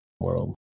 world